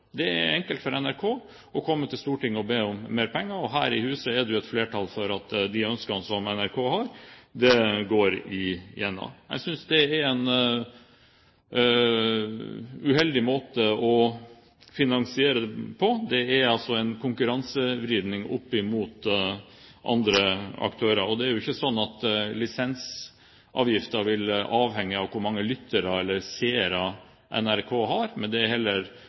Det er enkelt for NRK å komme til Stortinget og be om mer penger, og her i huset er det jo et flertall for at de ønskene som NRK har, går igjennom. Jeg synes det er en uheldig måte å finansiere det på. Det er altså en konkurransevridning opp imot andre aktører. Det er jo ikke sånn at lisensavgiften vil avhenge av hvor mange lyttere eller seere NRK har, men den er heller